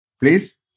Please